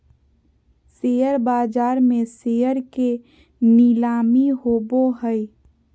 share बाज़ार में share के नीलामी होबो हइ